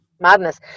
madness